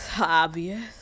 obvious